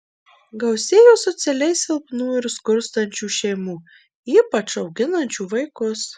gausėjo socialiai silpnų ir skurstančių šeimų ypač auginančių vaikus